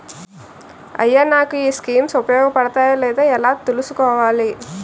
అయ్యా నాకు ఈ స్కీమ్స్ ఉపయోగ పడతయో లేదో ఎలా తులుసుకోవాలి?